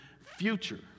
future